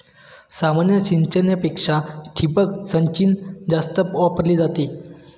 सामान्य सिंचनापेक्षा ठिबक सिंचन जास्त वापरली जाते